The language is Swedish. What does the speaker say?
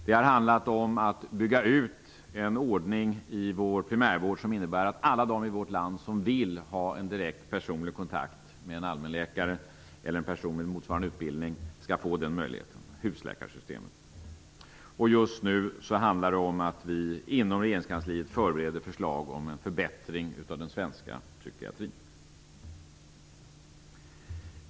Det har handlat om att bygga ut en ordning i vår primärvård som innebär att alla de i vårt land som vill ha en direkt personlig kontakt med en allmänläkare eller en person med motsvarande utbildning skall få den möjligheten -- husläkarsystemet. Just nu handlar det om att vi inom regeringskansliet förbereder förslag om en förbättring av den svenska psykiatrin.